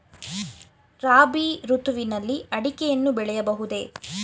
ರಾಬಿ ಋತುವಿನಲ್ಲಿ ಅಡಿಕೆಯನ್ನು ಬೆಳೆಯಬಹುದೇ?